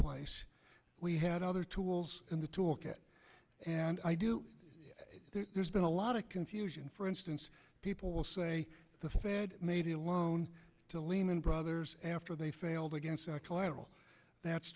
place we had other tools in the toolkit and i do there's been a lot of confusion for instance people will say the fed made a loan to lehman brothers after they failed against such a lateral that's